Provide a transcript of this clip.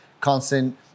constant